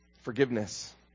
forgiveness